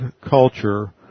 culture